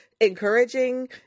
encouraging